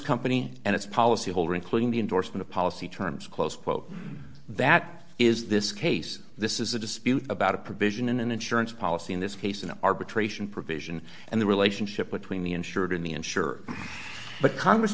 company and its policy holder including the endorsement of policy terms close quote that is this case this is a dispute about a provision in an insurance policy in this case an arbitration provision and the relationship between the insured in the insurer but congress